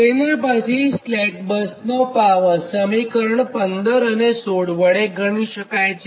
તેનાં પછી સ્લેક બસનો પાવર સમીકરણ 15 અને 16 વડે ગણી શકાય છે